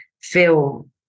feel